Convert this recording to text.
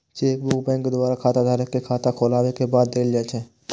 chequebook bank द्वारा खाताधारक कें खाता खोलाबै के बाद देल जाइ छै